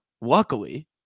luckily